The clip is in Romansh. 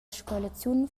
scolaziun